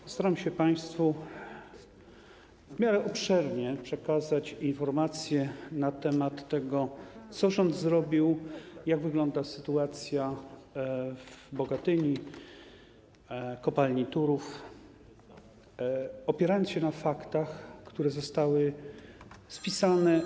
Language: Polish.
Postaram się państwu w miarę obszernie przekazać informacje na temat tego, co zrobił rząd, jak wygląda sytuacja w Bogatyni i kopalni Turów, opierając się na faktach, na tym, co zostało spisane.